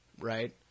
right